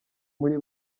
muri